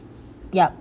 yup